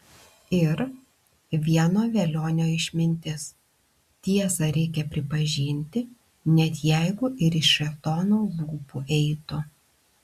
ir vieno velionio išmintis tiesą reikia pripažinti net jeigu ir iš šėtono lūpų eitų